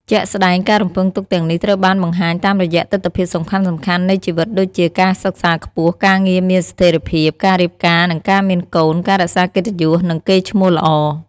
ជាក់ស្ដែង ការរំពឹងទុកទាំងនេះត្រូវបានបង្ហាញតាមរយៈទិដ្ឋភាពសំខាន់ៗនៃជីវិតដូចជា ការសិក្សាខ្ពស់ ការងារមានស្ថិរភាព ការរៀបការ និងការមានកូន ការរក្សាកិត្តិយស និងកេរ្តិ៍ឈ្មោះល្អ។